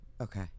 Okay